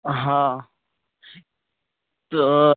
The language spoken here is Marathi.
हा तर